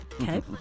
okay